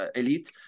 elite